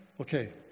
Okay